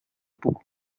puck